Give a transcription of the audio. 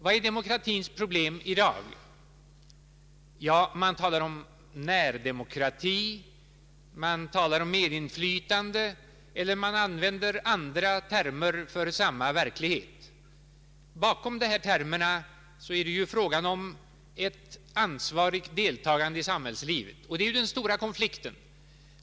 Vad är demokratins problem i dag? Ja, man talar om närdemokrati, man talar om medinflytande eller man använder andra termer för samma verklighet. Bakom dessa termer är det ju fråga om ett ansvarigt deltagande i samhällslivet. Och det är den stora konflikten.